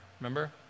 Remember